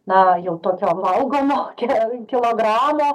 na jau tokio augumo kel kilogramo